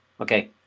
okay